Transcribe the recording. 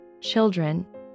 Children